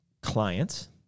clients